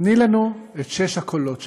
תני לנו את ששת הקולות שלך,